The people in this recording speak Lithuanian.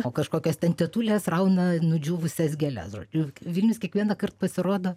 o kažkokios tetulės rauna nudžiūvusias gėles žodžiu vilnius kiekvienąkart pasirodo